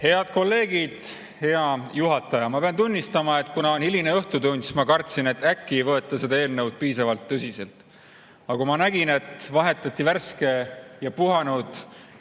Head kolleegid! Hea juhataja! Ma pean tunnistama, et kuna on hiline õhtutund, siis ma kartsin, et äkki ei võeta seda eelnõu piisavalt tõsiselt. Aga kui ma nägin, et [eelmine juhataja] vahetati värske ja puhanud